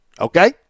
okay